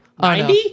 90